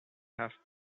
have